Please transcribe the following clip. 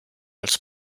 als